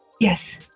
Yes